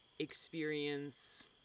experience